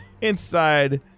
Inside